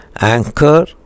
Anchor